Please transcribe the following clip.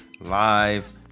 live